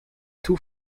too